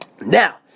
Now